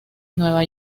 nueva